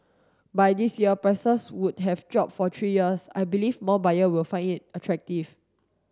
by this year prices would have dropped for three years I believe more buyer will find it attractive